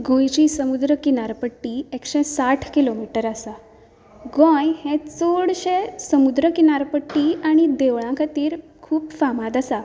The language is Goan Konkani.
गोंयची समुद्र किनार पट्टी एकशें साठ किलो मिटर आसा गोंय हें चडशें समुद्र किनार पट्टी आनी देवळां खातीर खूब फामाद आसा